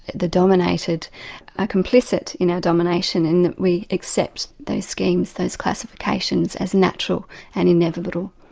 the dominated, are complicit in our domination in that we accept those schemes, those classifications as natural and inevitable.